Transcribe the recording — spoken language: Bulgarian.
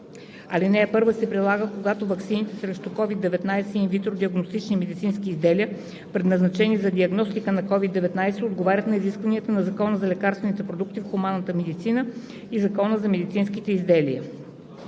Алинея 1 се прилага, когато ваксините срещу COVID-19 и ин витро диагностични медицински изделия, предназначени за диагностика на COVID-19 отговарят на изискванията на Закона за лекарствените продукти в хуманната медицина и Закона за медицинските изделия.“